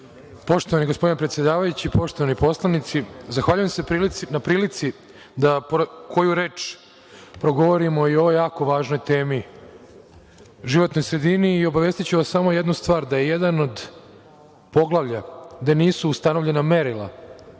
Poštovani gospodine predsedavajući, poštovani poslanici, zahvaljujem se na prilici da koju reč progovorimo i o ovoj jako važnoj temi, životnoj sredini. Obavestiću vas samo jednu stvar, da je jedno od poglavlja gde nisu ustanovljena merila,